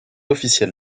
officiel